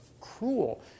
cruel